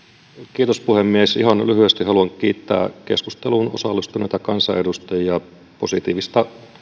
kiitos puhemies ihan lyhyesti haluan kiittää keskusteluun osallistuneita kansanedustajia positiivisista